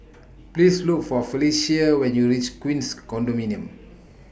Please Look For Felecia when YOU REACH Queens Condominium